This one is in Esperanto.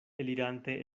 elirante